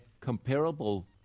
comparable